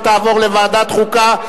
ותעבור לוועדת חוקה,